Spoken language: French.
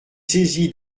saisi